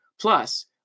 Plus